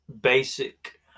basic